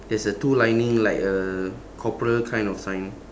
there's a two lining like uh corporal kind of sign